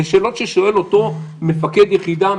זה שאלות ששואל אותו מפקד יחידה,